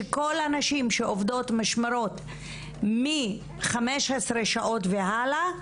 הם הציעו שכל הנשים שעובדות משמרות מ-15 שעות והלאה,